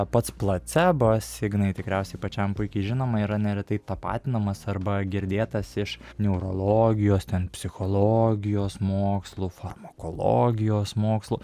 pats placebas ignai tikriausiai pačiam puikiai žinoma yra neretai tapatinamas arba girdėtas iš neurologijos ten psichologijos mokslų farmakologijos mokslų